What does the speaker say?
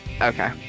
Okay